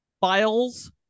files